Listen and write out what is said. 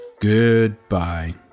Goodbye